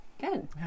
Good